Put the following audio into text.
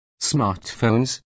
Smartphones